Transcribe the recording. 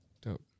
Dope